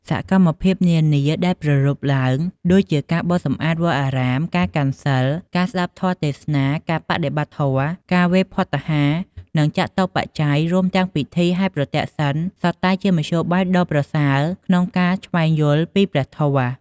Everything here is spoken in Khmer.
សកម្មភាពនានាដែលបានប្រារព្ធឡើង ដូចជាការបោសសម្អាតវត្តអារាម ការកាន់សីល ការស្ដាប់ធម៌ទេសនា ការបដិបត្តិធម៌ ការវេរភត្តាហារ និងចតុបច្ច័យ រួមទាំងពិធីហែរប្រទក្សិណ សុទ្ធតែជាមធ្យោបាយដ៏ប្រសើរក្នុងការឈ្វេងយល់ពីព្រះធម៌។